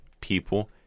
people